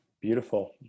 Beautiful